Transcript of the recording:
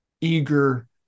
eager